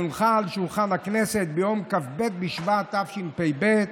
והונחה על שולחן הכנסת ביום כ"ב בשבט התשפ"ב.